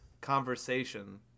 conversation